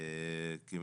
כי,